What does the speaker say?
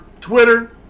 Twitter